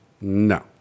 no